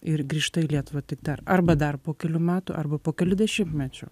ir grįžta į lietuvą tik dar arba dar po kelių metų arba po kelių dešimtmečių